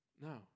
No